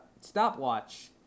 stopwatch